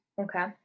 okay